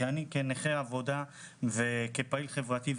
אני כנכה עבודה וכפעיל חברתי,